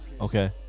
okay